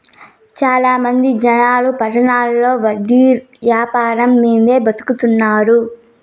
చాలా మంది జనాలు పట్టణాల్లో వడ్డీ యాపారం మీదే బతుకుతున్నారు